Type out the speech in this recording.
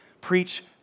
preach